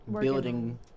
building